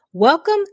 Welcome